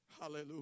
hallelujah